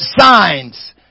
signs